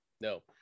No